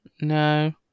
no